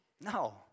No